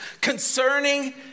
concerning